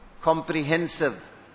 comprehensive